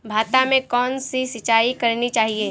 भाता में कौन सी सिंचाई करनी चाहिये?